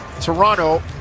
Toronto